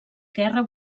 guerra